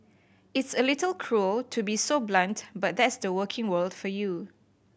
it's a little cruel to be so blunt but that's the working world for you